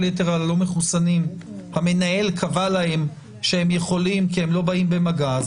יתר הלא מחוסנים המנהל קבע להם שהם יכולים כי הם לא באים במגע,